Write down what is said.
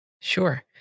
sure